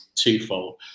twofold